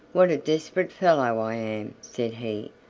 what a desperate fellow i am! said he,